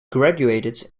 graduated